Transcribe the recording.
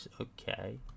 Okay